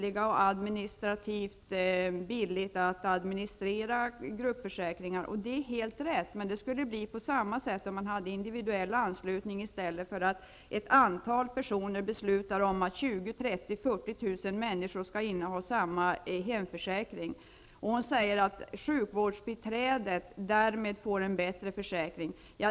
Hon talar om att det är billigt att administrera gruppförsäkringar och att de är billiga. Det är helt rätt. Men det skulle bli på samma sätt om man i stället hade individuell anslutning. Nu beslutar ett antal personer om att 20 000, 30 000, 40 000 människor skall inneha samma hemförsäkring. Anita Johansson säger att sjukvårdsbiträdet därmed får en bättre försäkring.